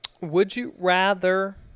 Would-you-rather